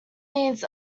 needs